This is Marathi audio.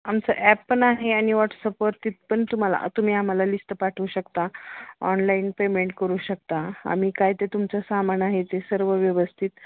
आमचं ॲपपण आहे आणि व्हॉट्सअपवरतीपण तुम्हाला तुम्ही आम्हाला लिस्ट पाठवू शकता ऑनलाईन पेमेंट करू शकता आम्ही काय ते तुमचं सामान आहे ते सर्व व्यवस्थित